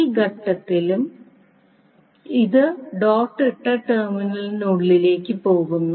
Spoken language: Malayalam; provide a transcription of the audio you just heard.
ഈ ഘട്ടത്തിലും ഇത് ഡോട്ട് ഇട്ട ടെർമിനലിനുള്ളിലേക്ക് പോകുന്നു